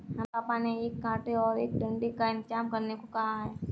हमें पापा ने एक कांटे और एक डंडे का इंतजाम करने को कहा है